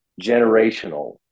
generational